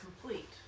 complete